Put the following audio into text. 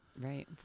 Right